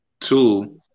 two